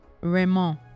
Raymond